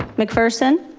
mcpherson.